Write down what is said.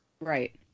Right